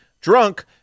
drunk